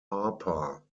harper